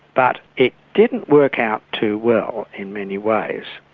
but it didn't work out too well in many ways.